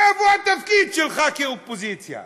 איפה התפקיד שלך כאופוזיציה?